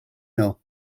nhw